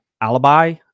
alibi